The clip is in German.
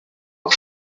auf